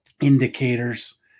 indicators